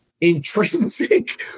intrinsic